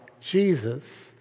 Jesus